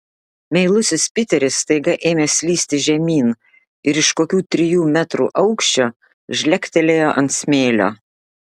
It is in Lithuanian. meilusis piteris staiga ėmė slysti žemyn ir iš kokių trijų metrų aukščio žlegtelėjo ant smėlio